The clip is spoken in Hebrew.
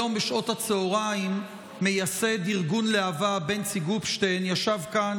היום בשעות הצוהריים מייסד ארגון להב"ה בנצי גופשטיין ישב כאן,